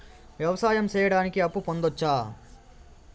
వ్యవసాయం సేయడానికి అప్పు పొందొచ్చా?